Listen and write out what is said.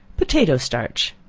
potato starch.